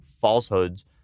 falsehoods